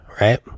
Right